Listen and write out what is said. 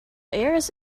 airs